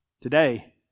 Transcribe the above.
today